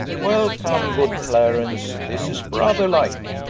welcome good clarence, this is brother-like